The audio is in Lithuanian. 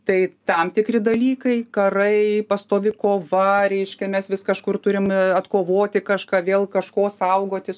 tai tam tikri dalykai karai pastovi kova reiškia mes vis kažkur turim atkovoti kažką vėl kažko saugotis